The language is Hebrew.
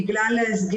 שאפילו כשיש